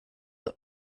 them